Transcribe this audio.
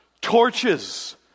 Torches